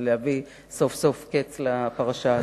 ולהביא סוף-סוף קץ לפרשה הזאת.